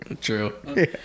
True